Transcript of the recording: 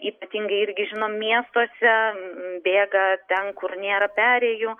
ypatingai irgi žinom miestuose bėga ten kur nėra perėjų